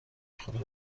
خوره